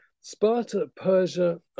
Sparta-Persia